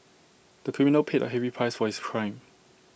the criminal paid A heavy price for his crime